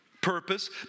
purpose